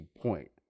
point